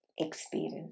experience